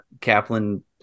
Kaplan